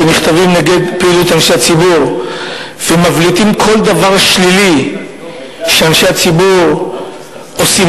שנכתבים נגד פעילות אנשי הציבור ומבליטים כל דבר שלילי שאנשי ציבור עושים